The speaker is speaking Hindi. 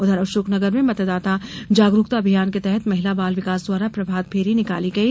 उधर अशोकनगर में मतदाता जागरूकता अभियान के तहत महिला बाल विकास द्वारा प्रभात फेरी निकाली गई